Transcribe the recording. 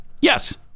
Yes